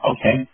Okay